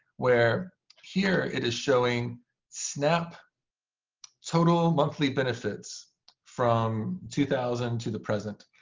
where here it is showing snap total monthly benefits from two thousand to the present.